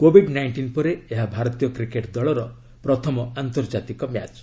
Covid nineteen ପରେ ଏହା ଭାରତୀୟ କ୍ରିକେଟ୍ ଦଳର ପ୍ରଥମ ଆନ୍ତର୍ଜାତିକ ମ୍ୟାଚ୍